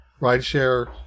rideshare